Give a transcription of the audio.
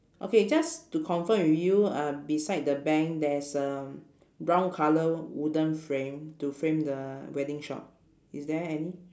okay just to confirm with you uh beside the bank there's a brown colour wooden frame to frame the wedding shop is there any